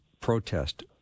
protest